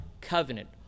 covenant